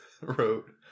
wrote